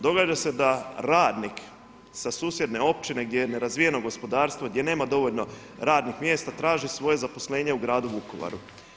Događa se da radnik sa susjedne općine gdje je nerazvijeno gospodarstvo, gdje nema dovoljno radnih mjesta, traži svoje zaposlenje u Gradu Vukovaru.